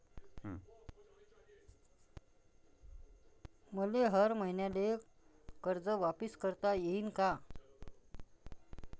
मले हर मईन्याले कर्ज वापिस करता येईन का?